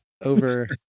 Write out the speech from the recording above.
over